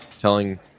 telling